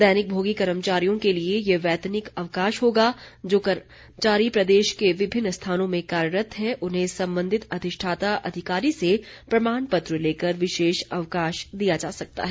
दैनिक भोगी कर्मचारियों के लिए ये वैतनिक अवकाश होगा और जो कर्मचारी प्रदेश के विभिन्न स्थानों में कार्यरत्त है उन्हें संबंधित अधिष्ठाता अधिकारी से प्रमाण पत्र लेकर विशेष अवकाश दिया जा सकता है